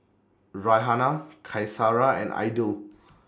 Raihana Qaisara and Aidil